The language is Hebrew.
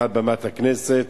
מעל בימת הכנסת.